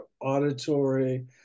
auditory